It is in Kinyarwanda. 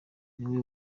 niwe